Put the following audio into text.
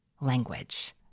language